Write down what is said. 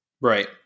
Right